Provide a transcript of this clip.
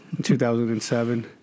2007